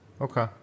Okay